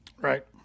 Right